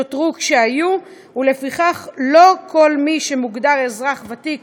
נותרו כשהיו, ולפיכך לא כל מי שמוגדר אזרח ותיק